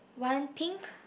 one pink